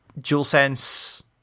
DualSense